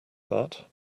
that